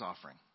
offering